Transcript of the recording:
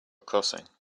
crossing